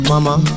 ...mama